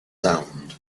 sound